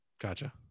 Gotcha